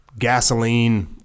Gasoline